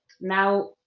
Now